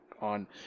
on